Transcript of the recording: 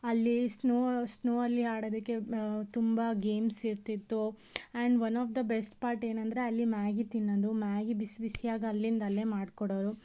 ಅಲ್ಲಿ snow snow ಅಲ್ಲಿ ಆಡೋದಕ್ಕೆ ತುಂಬ ಗೇಮ್ಸ್ ಇರ್ತಿತ್ತು and one of the best part ಏನಂದರೆ ಅಲ್ಲಿ ಮ್ಯಾಗಿ ತಿನ್ನೋದು ಮ್ಯಾಗಿ ಬಿಸಿ ಬಿಸಿಯಾಗಿ ಅಲ್ಲಿಂದಲ್ಲೇ ಮಾಡಿಕೊಡೋರು